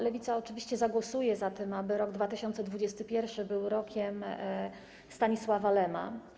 Lewica oczywiście zagłosuje za tym, aby rok 2021 był Rokiem Stanisława Lema.